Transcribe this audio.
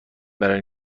برای